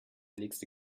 nächste